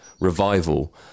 revival